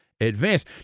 advance